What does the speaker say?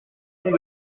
sont